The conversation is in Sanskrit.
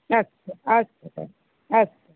अस्तु अस्तु तर्हि अस्तु